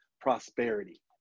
prosperity